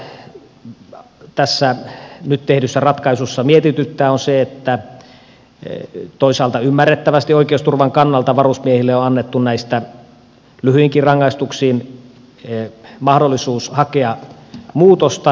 toinen asia joka tässä nyt tehdyssä ratkaisussa mietityttää on se että toisaalta ymmärrettävästi oikeusturvan kannalta varusmiehille on annettu näihin lyhyisiinkin rangaistuksiin mahdollisuus hakea muutosta